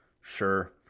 sure